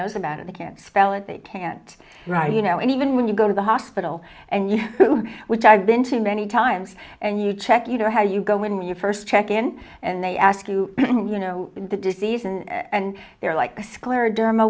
knows about it they can't spell it they can't write you know and even when you go to the hospital and you which i've been to many times and you check you know how you go when you first check in and they ask you you know the disease and they're like scleroderma